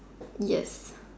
yes